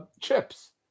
Chips